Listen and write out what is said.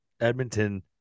Edmonton